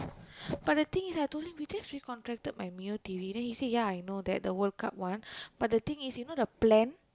but the thing is I told him we just recontacted my Mio T_V then he said ya I know that the World Cup one but the thing is you know the plan